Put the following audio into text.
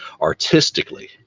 artistically